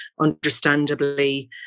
understandably